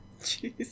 jeez